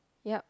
yeap